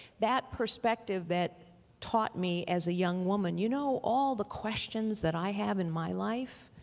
that perspective that taught me as a young woman, you know all the questions that i have in my life,